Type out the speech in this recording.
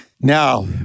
Now